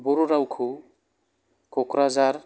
बर' रावखौ क'क्राझार